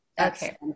Okay